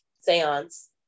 seance